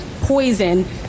poison